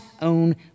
own